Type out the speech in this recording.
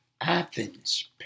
Athens